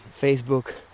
Facebook